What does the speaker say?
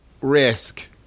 Risk